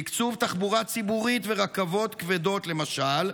תקצוב תחבורה ציבורית ורכבות כבדות, למשל,